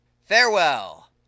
Farewell